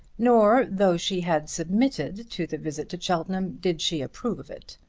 nor, though she had submitted to the visit to cheltenham, did she approve of it.